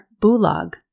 Bulag